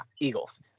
Eagles